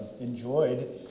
enjoyed